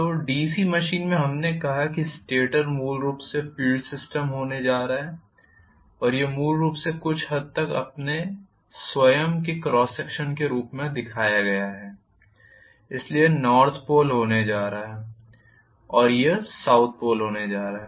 तो DC machine में हमने कहा कि स्टेटर मूल रूप से फील्ड सिस्टम होने जा रहा है और यह मूल रूप से कुछ हद तक अपने स्वयं के क्रॉस सेक्शन के रूप में दिखाया गया है इसलिए यह नॉर्थ पोल होने जा रहा है और यह साउथ पोल होने जा रहा है